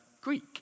Greek